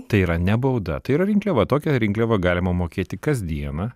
tai yra ne bauda tai yra rinkliava tokią rinkliavą galima mokėti kasdieną